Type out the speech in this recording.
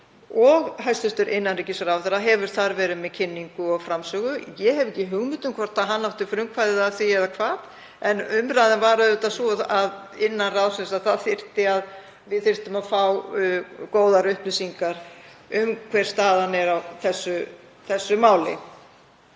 og hæstv. innanríkisráðherra hefur verið þar með kynningu og framsögu. Ég hef ekki hugmynd um hvort hann átti frumkvæðið að því eða hvað. En umræðan var auðvitað sú innan ráðsins að við þyrftum að fá góðar upplýsingar um hver staðan er á þessu máli.